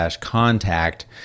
contact